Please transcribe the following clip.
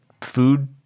food